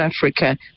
Africa